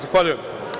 Zahvaljujem.